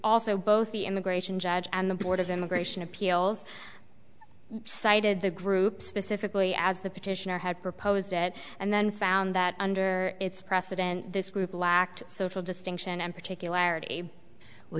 also both the immigration judge and the board of immigration appeals cited the group specifically as the petitioner had proposed it and then found that under its precedent this group lacked social distinction and particularity well